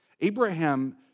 Abraham